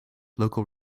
local